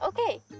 Okay